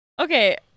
Okay